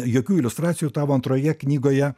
jokių iliustracijų tavo antroje knygoje